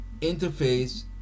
interface